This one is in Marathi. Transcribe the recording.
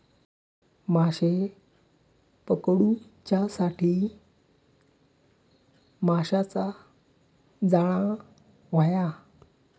माशे पकडूच्यासाठी माशाचा जाळां होया